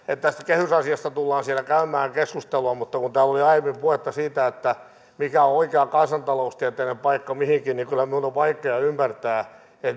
että tästä kehysasiasta tullaan siellä käymään keskustelua mutta kun täällä oli aiemmin puhetta siitä mikä on oikea kansantaloustieteellinen paikka mihinkin niin kyllä minun on vaikea ymmärtää